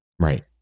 Right